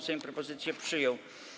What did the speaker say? Sejm propozycję przyjął.